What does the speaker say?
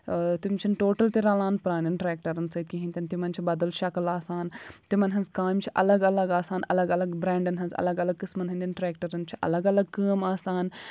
تِم چھِنہٕ ٹوٹَل تہِ رَلان پرٛانؠن ٹرٛیٚکٹَرَن سٟتۍ کِہیٖنٛۍ تہِ نہٕ تِمَن چھِ بَدَل شَکٕل آسان تِمَن ہٕنٛز کامہِ چھِ اَلگ اَلگ آسان اَلگ اَلگ برٛینٛڈَن ہٕنٛز اَلگ اَلگ قٕسمَن ہٕنٛدٮ۪ن ٹرٛیٚکٹَرَن چھِ اَلگ اَلگ کٲم آسان